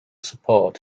support